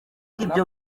ibyo